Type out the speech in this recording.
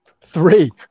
Three